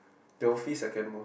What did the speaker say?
second most